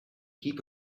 heap